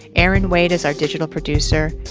eri and wade is our digital producer.